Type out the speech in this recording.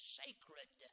sacred